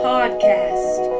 Podcast